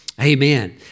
Amen